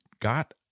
got